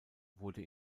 wurde